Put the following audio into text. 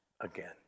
again